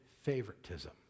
favoritism